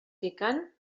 picant